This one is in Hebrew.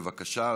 בבקשה.